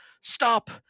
stop